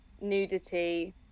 nudity